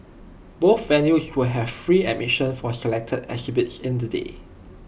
both venues will have free admissions for selected exhibits in the day